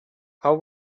how